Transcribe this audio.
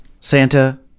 Santa